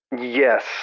Yes